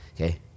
Okay